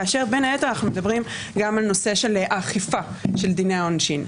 כאשר בין היתר אנחנו מדברים גם על נושא האכיפה של דיני העונשין.